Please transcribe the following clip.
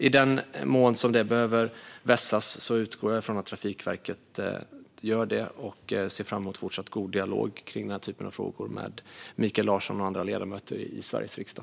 I den mån detta behöver vässas utgår jag ifrån att Trafikverket gör det. Jag ser fram emot en fortsatt god dialog kring den här typen av frågor med Mikael Larsson och andra ledamöter i Sveriges riksdag.